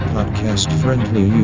Podcast-friendly